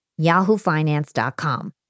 yahoofinance.com